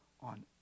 on